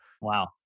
Wow